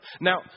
Now